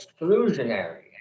exclusionary